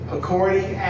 According